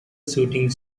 shooting